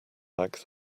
like